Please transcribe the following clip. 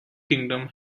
kingdom